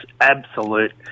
absolute